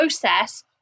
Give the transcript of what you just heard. process